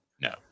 No